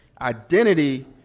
Identity